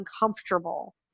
uncomfortable